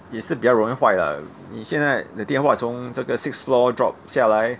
也是比较容易坏 lah 你现在 the 电话从这个 six floor drop 下来